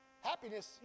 Happiness